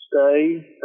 stay